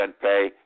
pay